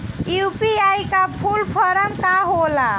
UPI का full form का होला?